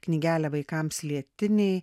knygelę vaikams lietiniai